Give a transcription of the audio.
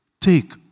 take